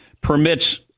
permits